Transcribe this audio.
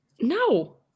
No